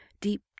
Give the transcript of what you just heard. deep